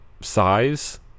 size